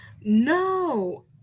No